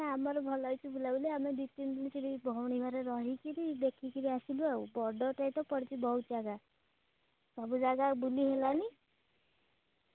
ନା ଆମର ଭଲ ହେଇଛି ବୁଲାବୁଲି ଆମେ ଦୁଇ ତିନି ଦିନ ସେଇଠି ଭଉଣୀ ଘରେ ରହିକିରି ଦେଖିକିରି ଆସିଲୁ ଆଉ ବଡ଼ ପଡ଼ିଛି ବହୁତ ଯାଗା ସବୁ ଯାଗା ବୁଲି ହେଲାନି